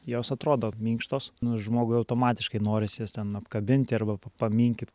jos atrodo minkštos nors žmogui automatiškai norisi jas ten apkabinti arba paminkyti